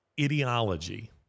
ideology